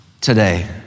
today